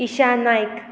Isha Naik